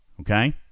Okay